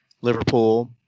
Liverpool